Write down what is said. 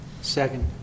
Second